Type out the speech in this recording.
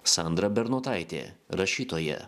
sandra bernotaitė rašytoja